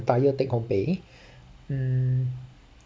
entire take home pay mm